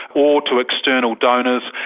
or to external donors,